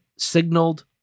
signaled